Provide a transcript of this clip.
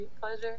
pleasure